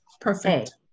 Perfect